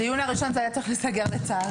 בדיון הראשון זה היה צריך להיסגר לצערי.